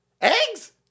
Eggs